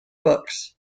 books